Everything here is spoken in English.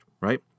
right